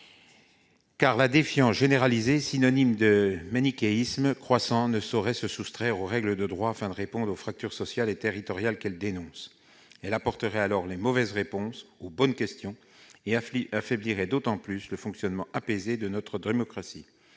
fait, la défiance généralisée, synonyme de manichéisme croissant, ne saurait justifier qu'on se soustraie aux règles de droit pour répondre aux fractures sociales et territoriales qu'elle dénonce. Ce serait apporter de mauvaises réponses à de bonnes questions et affaiblir encore plus le fonctionnement apaisé de notre démocratie.